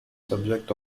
subject